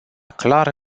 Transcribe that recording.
clar